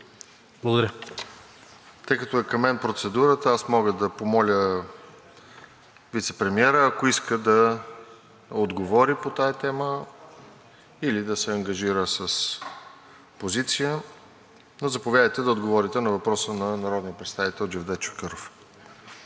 ЖЕЛЯЗКОВ: Тъй като към мен е процедурата, аз мога да помоля вицепремиера, ако иска да отговори по тази тема, или да се ангажира с позиция. Заповядайте да отговорите на въпроса на народния представител Джевдет Чакъров.